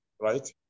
Right